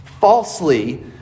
falsely